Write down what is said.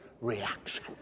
reaction